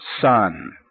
Son